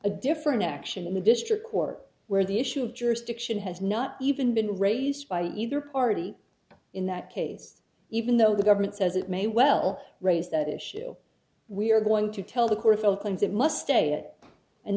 a different action in the district court where the issue of jurisdiction has not even been raised by either party in that case even though the government says it may well raise that issue we are going to tell the court felt things it must stay it and